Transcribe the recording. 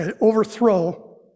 overthrow